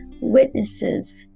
witnesses